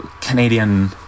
Canadian